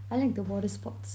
I like the water sports